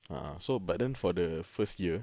ah so but then for the first year